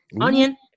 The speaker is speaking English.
onion